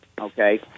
Okay